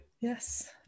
Yes